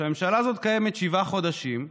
הממשלה הזאת קיימת שבעה חודשים,